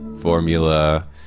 formula